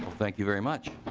thank you very much.